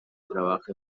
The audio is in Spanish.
trabaja